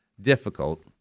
difficult